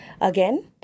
Again